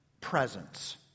presence